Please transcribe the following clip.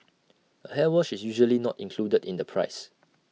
A hair wash is usually not included in the price